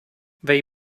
they